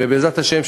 ובעזרת השם,